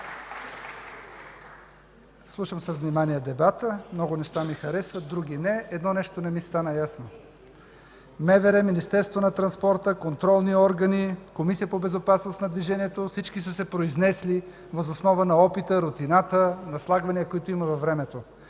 Слушам с внимание дебата. Много неща ми харесват, други – не. Не ми стана ясно едно нещо – МВР, Министерството на транспорта, контролни органи, Комисията по безопасност на движението, всички са се произнесли въз основа на опита, рутината, наслагвания, които има във времето.